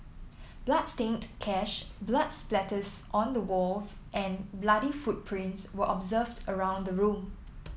bloodstained cash blood splatters on the walls and bloody footprints were observed around the room